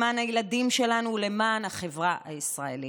למען הילדים שלנו ולמען החברה הישראלית.